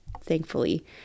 thankfully